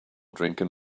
drinking